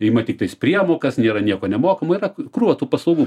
ima tiktais priemokas nėra nieko nemokamo yra krūva tų paslaugų